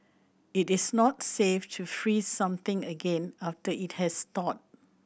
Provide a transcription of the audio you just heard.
it is not safe to freeze something again after it has thawed